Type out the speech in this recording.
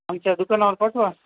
आमच्या दुकानावर पाठवा